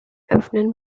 öffnen